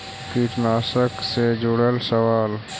कीटनाशक से जुड़ल सवाल?